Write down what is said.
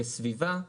כסביבה,